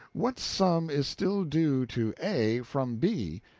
what sum is still due to a from b,